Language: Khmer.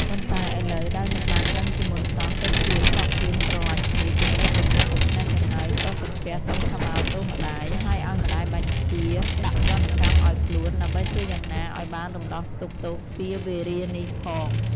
ប៉ុន្តែឥឡូវដោយមិនបានដឹងជាមុនសោះ ទៅជាខកខ្លួនស្រឡាញ់គ្នាជាប្តីប្រពន្ធដូច្នេះទៅហើយ ក៏សំពះសុំខមាទោសម្តាយ ហើយឱ្យម្ដាយបញ្ជាដាក់ទណ្ឌកម្មឱ្យខ្លួន ដើម្បីធ្វើយ៉ាងណាឱ្យបានរំដោះទុក្ខទោសពៀរវេរានេះផង។